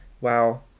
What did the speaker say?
wow